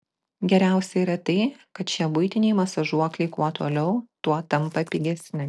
geriausia yra tai kad šie buitiniai masažuokliai kuo toliau tuo tampa pigesni